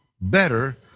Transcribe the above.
better